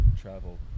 travel